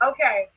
Okay